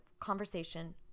conversation